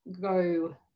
go